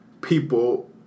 people